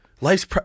life's